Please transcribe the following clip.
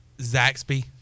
zaxby